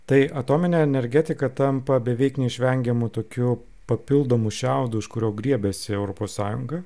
tai atominė energetika tampa beveik neišvengiamu tokiu papildomu šiaudu už kurio griebiasi europos sąjunga